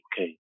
okay